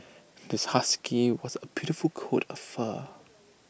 this husky was A beautiful coat of fur